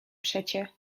przecie